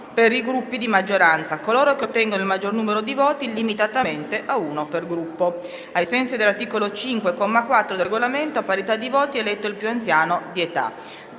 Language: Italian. per i Gruppi di maggioranza, coloro che ottengono il maggior numero di voti, limitatamente a uno per Gruppo. Ai sensi dell'articolo 5, comma 4, del Regolamento, a parità di voti è eletto il più anziano di età.